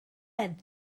helen